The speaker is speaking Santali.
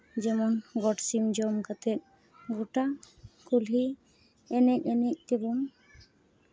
ᱡᱮᱢᱚᱱ ᱜᱚᱴ ᱥᱤᱢ ᱡᱚᱢ ᱠᱟᱛᱮᱜ ᱜᱚᱴᱟ ᱠᱩᱞᱦᱤ ᱮᱱᱮᱡ ᱮᱱᱮᱡ ᱛᱮᱵᱚᱱ